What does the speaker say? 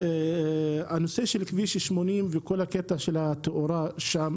הנושא של כביש 80, וכל התאורה שם